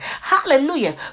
Hallelujah